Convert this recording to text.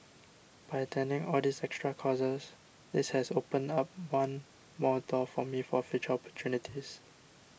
by attending all these extra courses this has opened up one more door for me for future opportunities